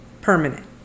permanent